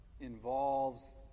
involves